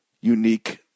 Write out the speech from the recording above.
unique